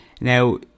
Now